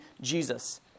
Jesus